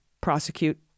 prosecute